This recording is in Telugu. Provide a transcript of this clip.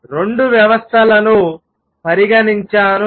నేను 2 వ్యవస్థలను పరిగణించాను